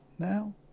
now